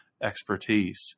expertise